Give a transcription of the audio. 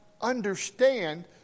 understand